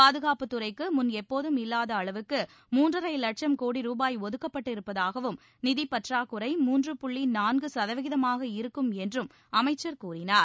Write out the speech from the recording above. பாதுகாப்புத்துறைக்கு முன் எப்போதும் இல்லாத அளவுக்கு மூன்றனர லட்சம் கோடி ரூபாய் ஒதுக்கப்பட்டு இருப்பதாகவும் நிதிப்பற்றாக்குறை மூன்று புள்ளி நான்கு சதவீதமாக இருக்கும் என்றும் அமைச்சர் கூறினார்